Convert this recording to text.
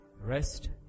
Rest